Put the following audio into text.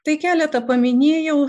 tai keletą paminėjau